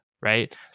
right